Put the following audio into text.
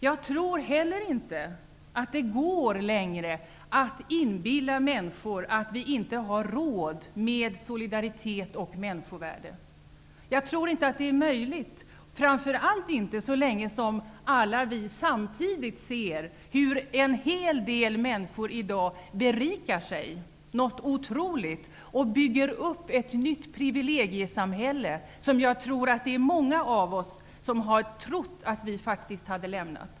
Jag tror heller inte att det går att inbilla människor att vi inte längre har råd med solidaritet och människovärde. Jag tror inte att det är möjligt, framför allt inte så länge som vi alla samtidigt ser hur en hel del människor i dag berikar sig något otroligt och bygger upp ett nytt privilegiesamhälle, något som många av oss trodde att vi faktiskt hade lämnat.